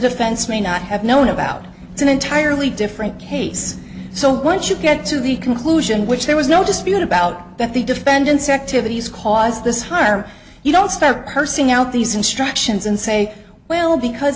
defense may not have known about it's an entirely different case so once you get to the conclusion which there was no dispute about that the defendant's activities caused this harm you don't spare cursing out these instructions and say well because